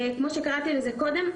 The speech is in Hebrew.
כמו שקראתי לזה קודם,